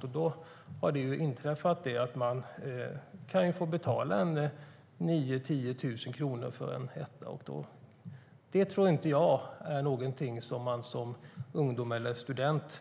Det som har inträffat är att man nu kan få betala 9 000-10 000 kronor för en etta. Det tror jag inte att ungdomar och studenter